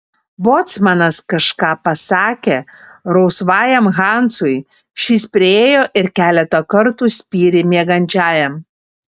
bocmanas kažką pasakė rausvajam hansui šis priėjo ir keletą kartų spyrė miegančiajam